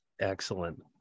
Excellent